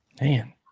man